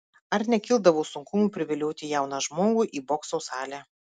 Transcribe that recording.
ar nekildavo sunkumų privilioti jauną žmogų į bokso salę